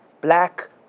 Black